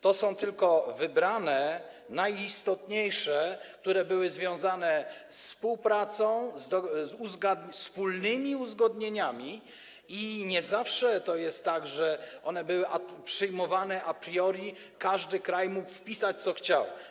To są tylko wybrane najistotniejsze wydarzenia, które były związane ze współpracą, wspólnymi uzgodnieniami i nie zawsze jest tak, że one były przyjmowane a priori, każdy kraj mógł wpisać, co chciał.